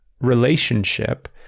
relationship